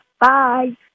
Bye